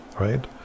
right